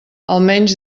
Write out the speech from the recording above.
almenys